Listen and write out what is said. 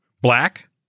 black